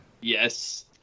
Yes